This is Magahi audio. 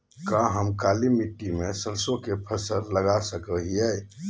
का हम काली मिट्टी में सरसों के फसल लगा सको हीयय?